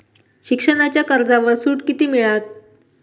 शिक्षणाच्या कर्जावर सूट किती मिळात?